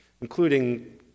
including